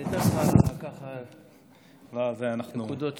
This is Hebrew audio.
אני אתן לך נקודות זכות.